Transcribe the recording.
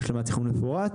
להשלמת התכנון המפורט.